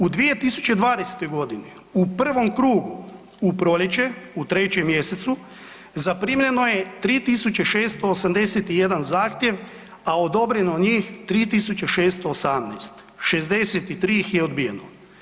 U 2020.g. u prvom krugu u proljeće u 3. mjesecu zaprimljeno je 3681 zahtjev, a odobreno njih 3618, 63 ih je odbijeno.